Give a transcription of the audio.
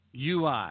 UI